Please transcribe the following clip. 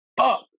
Fuck